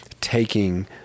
taking